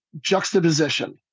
juxtaposition